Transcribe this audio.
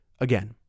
Again